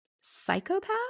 psychopath